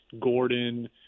gordon